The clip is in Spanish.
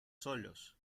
solos